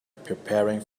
preparing